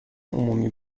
عمومی